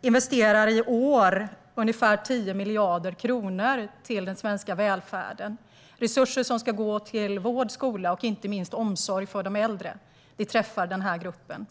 investerar i år ungefär 10 miljarder kronor i den svenska välfärden. Det är resurser som ska gå till vård, skola och inte minst omsorg för de äldre. Det träffar den här gruppen.